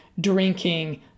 drinking